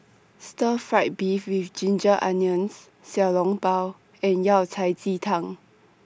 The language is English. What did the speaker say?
Stir Fry Beef with Ginger Onions Xiao Long Bao and Yao Cai Ji Tang